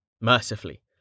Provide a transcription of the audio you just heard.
Mercifully